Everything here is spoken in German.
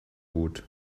gut